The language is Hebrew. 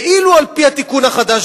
ואילו על-פי התיקון החדש,